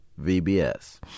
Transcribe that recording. VBS